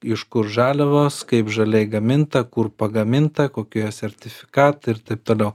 iš kur žaliavos kaip žaliai gaminta kur pagaminta kokioje sertifikatai ir taip toliau